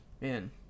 man